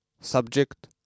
subject